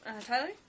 Tyler